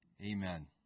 Amen